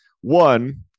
One